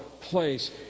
place